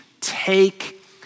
Take